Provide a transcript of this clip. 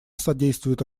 содействуют